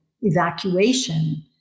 evacuation